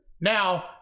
now